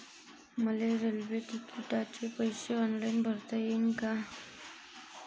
मले रेल्वे तिकिटाचे पैसे ऑनलाईन भरता येईन का?